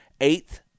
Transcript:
Eighth